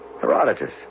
Herodotus